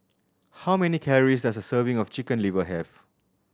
how many calories does a serving of Chicken Liver have